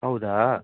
ಹೌದಾ